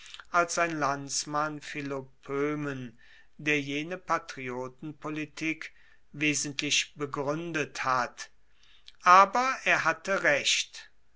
als sein landsmann philopoemen der jene patriotenpolitik wesentlich begruendet hat aber er hatte recht